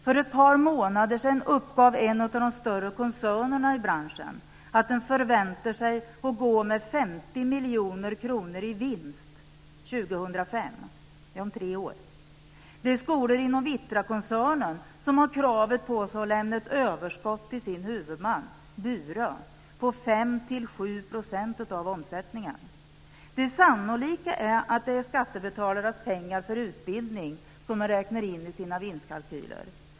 För ett par månader sedan uppgav en av de större koncernerna i branschen att man förväntar sig att gå med 50 miljoner kronor i vinst 2005 - om tre år. Det är skolor inom Vittrakoncernen som har kravet på sig att lämna ett överskott till sin huvudman, Bure, på 5-7 % av omsättningen. Det sannolika är att det är skattebetalarnas pengar för utbildning man räknar in i sina vinstkalkyler.